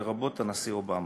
לרבות הנשיא אובמה,